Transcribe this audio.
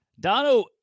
Dono